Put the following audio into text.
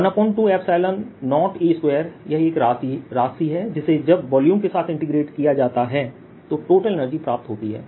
120E2यह एक राशि है जिसे जब वॉल्यूम के लिए इंटीग्रेट किया जाता है तो टोटल एनर्जी प्राप्त होती है